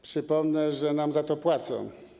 Przypomnę, że nam za to płacą.